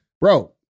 bro